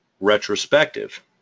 retrospective